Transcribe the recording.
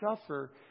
suffer